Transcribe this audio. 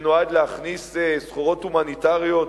שנועד להכניס סחורות הומניטריות,